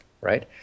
right